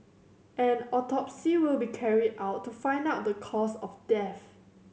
an autopsy will be carried out to find out the cause of death